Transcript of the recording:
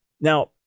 Now